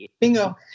bingo